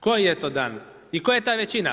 Koji je to dan i tko je ta većina.